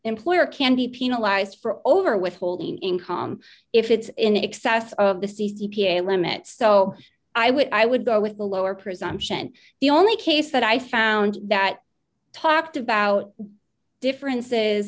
employer can be penalized for over withholding income if it's in excess of the c c p a limit so i would i would go with the lower presumption the only case that i found that talked about differences